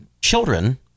children